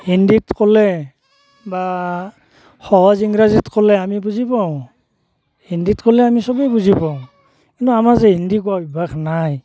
হিন্দীত ক'লে বা সহজ ইংৰাজীত ক'লে আমি বুজি পাওঁ হিন্দীত ক'লে আমি সবে বুজি পাওঁ কিন্তু আমাৰ যে হিন্দী কোৱা অভ্যাস নাই